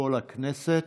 לפרוטוקול הכנסת,